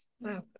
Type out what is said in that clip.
wow